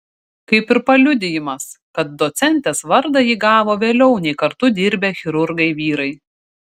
kaip ir paliudijimas kad docentės vardą ji gavo vėliau nei kartu dirbę chirurgai vyrai